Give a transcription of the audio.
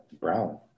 brown